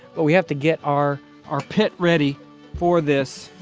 we have to get our our pit ready for this.